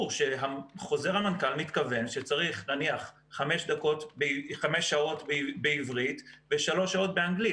שחוזר המנכ"ל מתכוון שצריך נניח חמש שעות בעברית ושלוש שעות באנגלית.